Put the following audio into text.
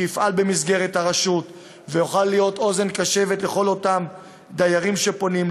שיפעל במסגרת הרשות ויוכל להיות אוזן קשבת לכל אותם דיירים שפונים,